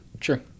Sure